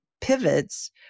pivots